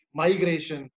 migration